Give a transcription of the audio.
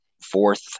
Fourth